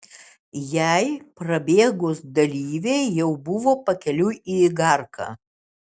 jai prabėgus dalyviai jau buvo pakeliui į igarką